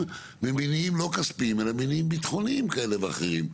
לא כספיים אלא ממניעים ביטחוניים כאלה ואחרים,